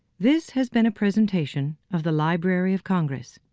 this has been a presentation of the library of congress.